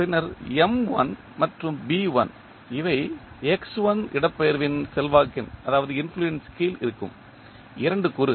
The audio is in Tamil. பின்னர் மற்றும் இவை இடப்பெயர்வின் செல்வாக்கின் கீழ் இருக்கும் இரண்டு கூறுகள்